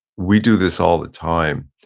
we do this all the time,